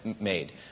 made